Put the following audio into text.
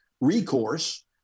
recourse